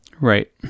Right